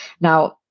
Now